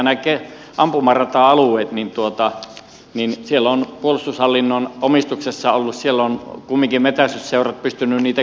nämä ampumarata alueet siellä ovat puolustushallinnon omistuksessa olleet ja siellä ovat kumminkin metsästysseurat pystyneet niitä käyttämään